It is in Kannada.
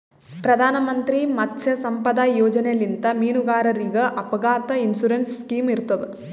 ಪ್ರಧಾನ್ ಮಂತ್ರಿ ಮತ್ಸ್ಯ ಸಂಪದಾ ಯೋಜನೆಲಿಂತ್ ಮೀನುಗಾರರಿಗ್ ಅಪಘಾತ್ ಇನ್ಸೂರೆನ್ಸ್ ಸ್ಕಿಮ್ ಇರ್ತದ್